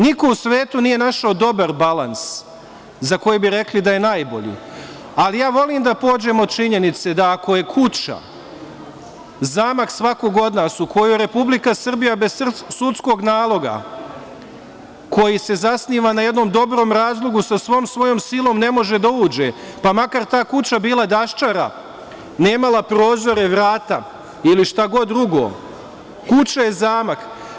Niko u svetu nije našao dobar balans za koji bi rekli da je najbolji, ali ja volim da pođem od činjenice da ako je kuća zamak svakog od nas, u kojoj Republika Srbija bez sudskog naloga koji se zasniva na jednom dobrom razlogu sa svom svojom silom ne može da uđe, pa makar ta kuća bila daščara, nemala prozore, vrata, ili šta god drugo, kuća je zamak.